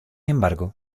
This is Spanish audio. embargo